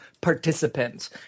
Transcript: participants